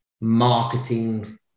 marketing